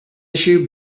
issue